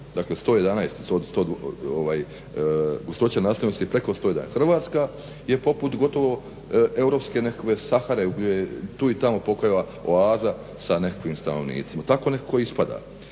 preko 111. Hrvatska je poput gotovo europske nekakve Sahare tu i tamo pokoja oaza sa nekakvim stanovnicima, tako nekako ispada.